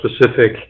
specific